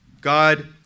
God